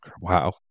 Wow